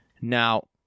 Now